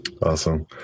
Awesome